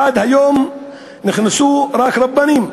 עד היום נכנסו רק רבנים.